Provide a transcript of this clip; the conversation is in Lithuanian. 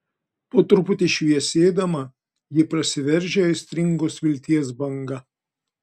po truputį šviesėdama ji prasiveržia aistringos vilties banga